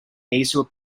nasal